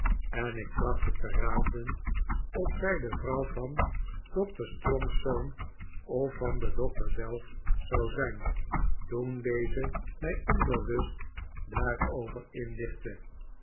en ik trachtte te raden of zij de vrouw van doctor strong's zoon of van den doctor zelf zou zijn toen deze mij onbewust daarover inlichtte